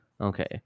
okay